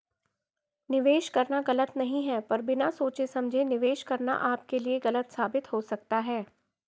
निवेश करना गलत नहीं है पर बिना सोचे समझे निवेश करना आपके लिए गलत साबित हो सकता है